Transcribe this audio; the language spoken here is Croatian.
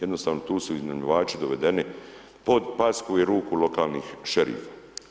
Jednostavno tu su iznajmljivač dovedeni pod pasku i ruku lokalnih šerifa.